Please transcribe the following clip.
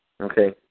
Okay